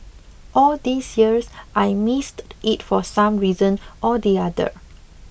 all these years I missed it for some reason or the other